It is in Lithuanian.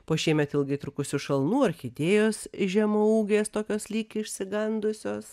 po šiemet ilgai trukusių šalnų orchidėjos žemaūgės tokios lyg išsigandusios